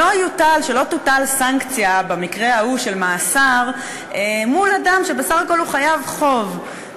שלא תוטל סנקציה במקרה ההוא של מאסר מול אדם שבסך הכול הוא חייב חוב,